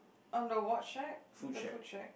on the what shack the food shack